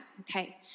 Okay